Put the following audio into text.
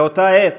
באותה עת